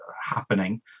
happening